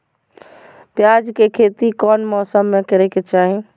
प्याज के खेती कौन मौसम में करे के चाही?